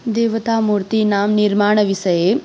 देवतामूर्तीनां निर्माणविषये